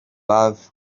have